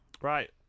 Right